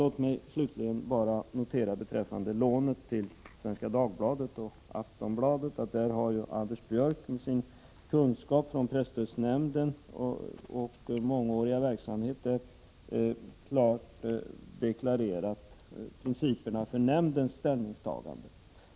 Låg mig slutligen beträffande lånet till Svenska Dagbladet och Aftonbladet notera att Anders Björck, med sina kunskaper från och mångåriga verksamhet i presstödsnämnden, klart har deklarerat principerna för nämndens ställningstagande.